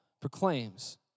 proclaims